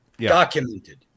documented